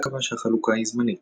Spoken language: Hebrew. הוועידה קבעה שהחלוקה היא זמנית,